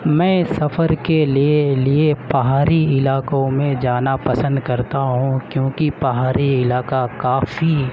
میں سفر کے لیے لیے پہاڑی علاقوں میں جانا پسند کرتا ہوں کیونکہ پہاڑی علاقہ کافی